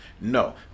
No